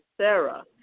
Sarah